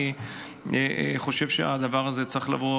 אני חושב שהדבר הזה צריך לבוא